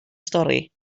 stori